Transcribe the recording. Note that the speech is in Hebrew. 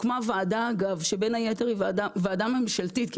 הוקמה ועדה אגב שבין היתר היא ועדה ממשלתית,